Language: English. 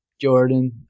Jordan